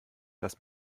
dass